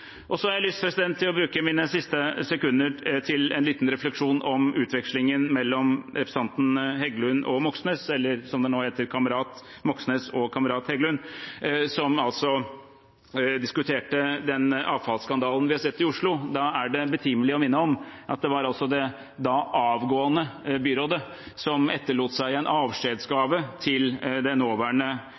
har lyst til å bruke mine siste sekunder til en liten refleksjon om utvekslingen mellom representantene Heggelund og Moxnes – eller, som det nå heter, mellom kamerat Moxnes og kamerat Heggelund – som diskuterte avfallsskandalen vi har sett i Oslo. Da er det betimelig å minne om at det var det avgående byrådet som etterlot seg en avskjedsgave til det nåværende